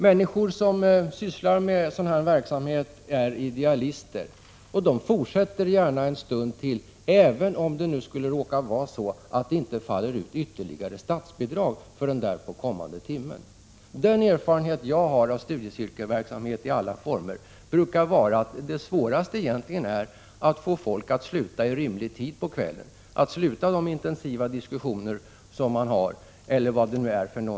Människor som sysslar med sådan här verksamhet är idealister. De fortsätter gärna en stund till, även om det skulle råka vara så att det inte faller ut ytterligare statsbidrag för den där påkommande timmen. Den erfarenhet jag har av studiecirkelverksamhet i alla former är att det svåraste brukar vara att få folk att sluta i rimlig tid på kvällen, att avsluta sina intensiva diskussioner eller de andra verksamheter som de håller på med.